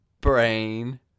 Brain